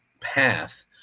path